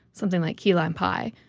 something like key lime pie.